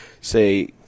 say